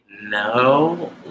No